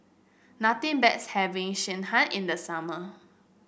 nothing best having Sekihan in the summer